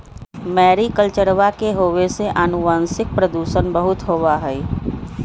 मैरीकल्चरवा के होवे से आनुवंशिक प्रदूषण बहुत होबा हई